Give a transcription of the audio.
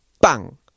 bang